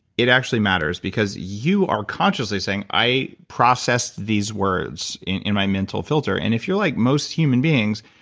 it actually matters because you are consciously saying, i processed these words in my mental filter. and if you're like most human beings,